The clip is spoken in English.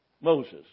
Moses